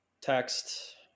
text